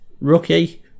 Rookie